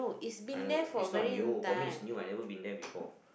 I know it's not new for me it's new I never been there before